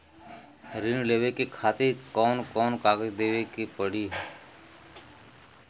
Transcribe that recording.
ऋण लेवे के खातिर कौन कोन कागज देवे के पढ़ही?